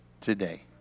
today